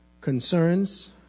concerns